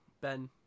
Ben